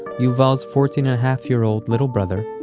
yuval's fourteen-and-a-half-year-old little brother,